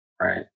Right